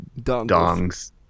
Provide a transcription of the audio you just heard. dongs